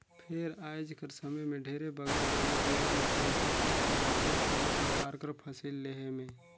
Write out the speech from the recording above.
फेर आएज कर समे में ढेरे बगरा दवई बीरो में पइसा फूंकाए जाथे कोनो परकार कर फसिल लेहे में